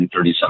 137%